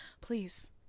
please